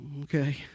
Okay